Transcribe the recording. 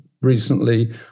recently